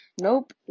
nope